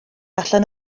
allan